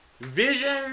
vision